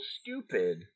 Stupid